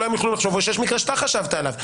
או שיש מקרה שאתה חשבת עליו?